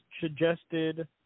suggested